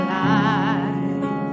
life